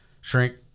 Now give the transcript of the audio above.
Shrink